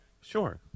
sure